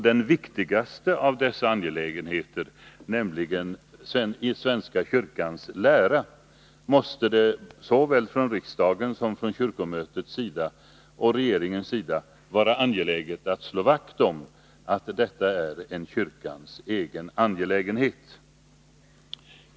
Den viktigaste av dessa, nämligen svenska kyrkans lära, måste det såväl från riksdagens och regeringens som från kyrkomötets sida vara angeläget att slå vakt om som kyrkans egen angelägenhet.